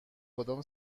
کدام